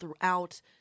throughout